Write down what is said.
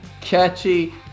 catchy